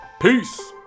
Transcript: Peace